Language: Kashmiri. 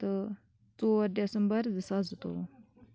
تہٕ ژور ڈیٚسمبر زٕ ساس زٕتووُہ